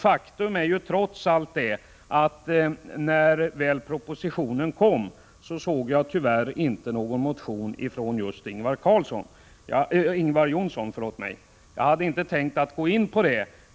Faktum är trots allt att när propositionen väl kom, kunde jag inte finna att just Ingvar Johnsson motionerade. Jag hade inte tänkt gå in på den saken.